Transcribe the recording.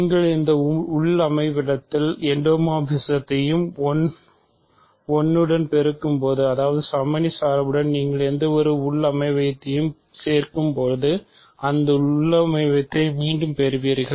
நீங்கள் எந்த உள் அமைவியத்தை மீண்டும் பெறுவீர்கள்